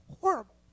Horrible